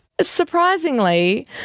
Surprisingly